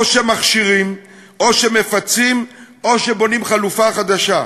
או שמכשירים, או שמפצים, או שבונים חלופה חדשה.